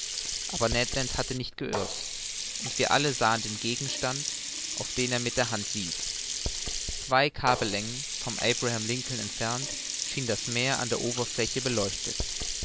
aber ned land hatte nicht geirrt und wir alle sahen den gegenstand auf den er mit der hand wies zwei kabellängen vom abraham lincoln entfernt schien das meer an der oberfläche beleuchtet